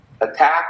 attack